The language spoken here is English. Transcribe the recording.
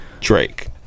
drake